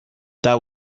there